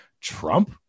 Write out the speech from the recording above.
trump